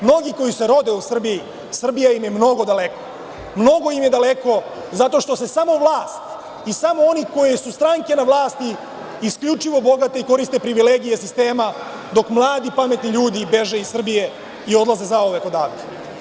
Mnogi koji se rode u Srbiji, Srbija im je mnogo daleko, mnogo im je daleko zato što se samo vlast i samo oni gde su stranke na vlasti isključivo bogate i koriste privilegije sistema, dok mladi, pametni ljudi beže iz Srbije i odlaze zauvek odavde.